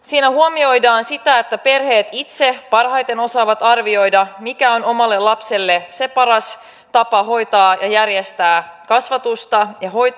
siinä huomioidaan sitä että perheet itse parhaiten osaavat arvioida mikä on omalle lapselle paras tapa hoitaa ja järjestää kasvatusta ja hoitoa